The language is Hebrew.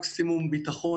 מקסימום ביטחון,